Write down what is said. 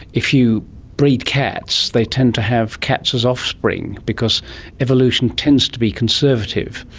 if you breed cats they tend to have cats as offspring because evolution tends to be conservative.